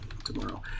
Tomorrow